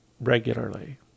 regularly